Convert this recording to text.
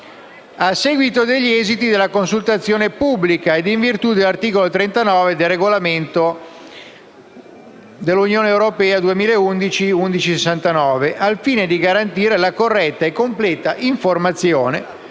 a seguito degli esiti della consultazione pubblica ed in virtù dell'articolo 39 del regolamento (UE) 1169/2011, al fine di garantire la corretta e completa informazione,